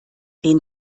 den